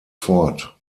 fort